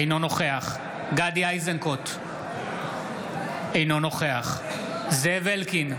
אינו נוכח גדי איזנקוט, אינו נוכח זאב אלקין,